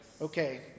Okay